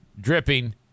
dripping